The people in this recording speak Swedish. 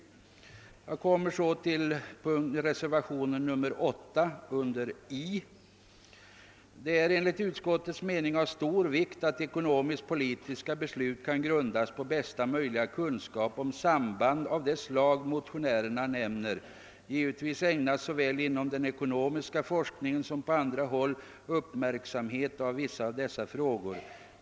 Jag kommer sedan till reservationen 8 beträffande utskottets hemställan under I. Där framhålles bl.a. följande: »Det är enligt utskottets mening av stor vikt att ekonomisk-politiska beslut kan grundas på bästa möjliga kunskap om samband av det slag motionärerna nämner. Givetvis ägnas såväl inom den ekonomiska forskningen som på andra håll uppmärksamhet åt vissa av dessa frågor.